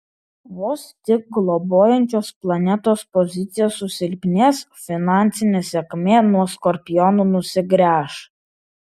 vos tik globojančios planetos pozicija susilpnės finansinė sėkmė nuo skorpionų nusigręš